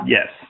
Yes